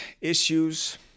issues